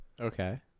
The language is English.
Okay